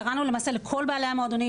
קראנו למעשה לכל בעלי המועדונים,